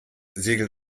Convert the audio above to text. segelt